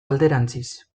alderantziz